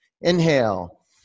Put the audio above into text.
Inhale